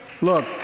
Look